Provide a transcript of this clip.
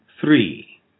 Three